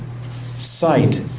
sight